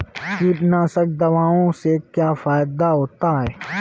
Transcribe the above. कीटनाशक दवाओं से क्या फायदा होता है?